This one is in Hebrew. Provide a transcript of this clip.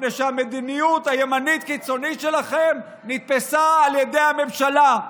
מפני שהמדיניות הימנית קיצונית שלכם נתפסה על ידי הממשלה.